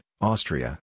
Austria